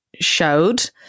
showed